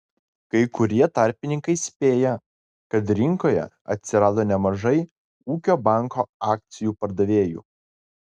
kai kurie tarpininkai spėja kad rinkoje atsirado nemažai ūkio banko akcijų pardavėjų